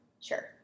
Sure